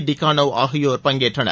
டெக்காளோவ் ஆகியோர் பங்கேற்றனர்